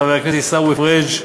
חבר הכנסת עיסאווי פריג',